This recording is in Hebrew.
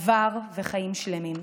עבר וחיים שלמים.